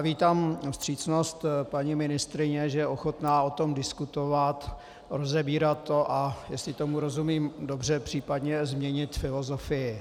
Vítám vstřícnost paní ministryně, že je ochotná o tom diskutovat, rozebírat to, a jestli tomu rozumím dobře, případně změnit filozofii.